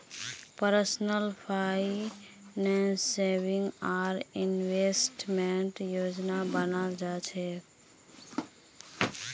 personal फाइनेंसत saving आर इन्वेस्टमेंटेर योजना बनाल जा छेक